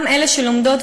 גם אלה שלומדות,